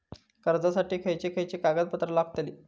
कर्जासाठी खयचे खयचे कागदपत्रा लागतली?